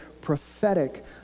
prophetic